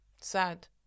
Sad